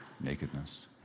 nakedness